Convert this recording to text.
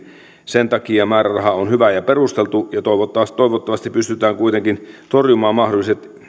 sen takia määräraha on hyvä ja perusteltu ja toivottavasti pystytään kuitenkin torjumaan mahdolliset